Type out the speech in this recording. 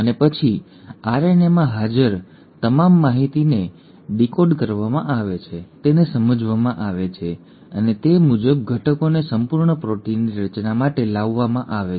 અને પછી આરએનએમાં હાજર તમામ માહિતીને પછી ડીકોડ કરવામાં આવે છે તેને સમજવામાં આવે છે અને તે મુજબ ઘટકોને સંપૂર્ણ પ્રોટીનની રચના માટે લાવવામાં આવે છે